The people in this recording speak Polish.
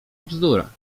bzdura